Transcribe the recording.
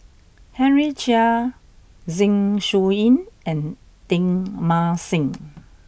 Henry Chia Zeng Shouyin and Teng Mah Seng